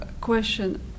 Question